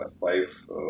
five